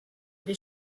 les